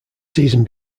season